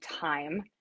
time